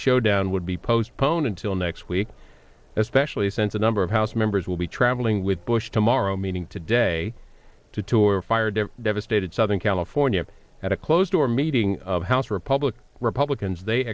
showdown would be postponed until next week especially since number of house members will be traveling with bush tomorrow meaning today to tour fired that devastated southern california at a closed door meeting of house republican republicans they